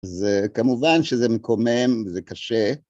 זה כמובן שזה מקומם וזה קשה.